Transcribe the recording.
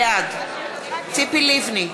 בעד ציפי לבני,